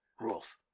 rules